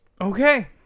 Okay